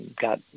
got